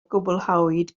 gwblhawyd